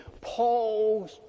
Paul